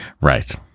Right